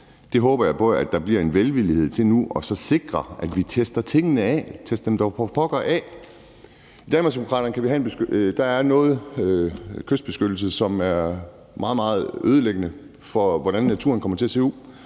Det håber jeg på at der bliver en velvillighed til nu, så vi kan sikre, at vi får testet tingene af. Test dem dog for pokker af. Der er noget kystbeskyttelse, som er meget, meget ødelæggende for, hvordan naturen kommer til at se ud.